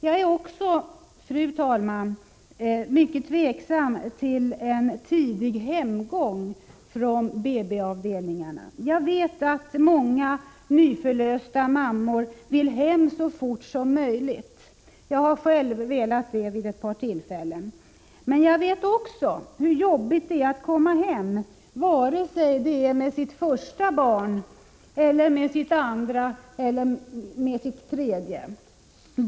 Jag är också, fru talman, mycket tveksam till en tidig hemgång från BB-avdelningen. Jag vet att många nyförlösta mammor vill hem så fort som möjligt — jag har själv velat det vid ett par tillfällen. Men jag vet också hur jobbigt det är att komma hem, vare sig det är med sitt första barn eller med sitt andra eller med sitt tredje barn.